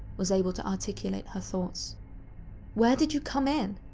was able to articulate her thoughts where did you come in?